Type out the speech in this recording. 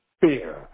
fear